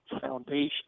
foundation